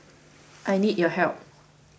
I need your help